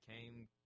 came